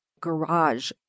garage